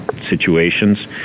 Situations